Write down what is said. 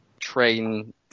train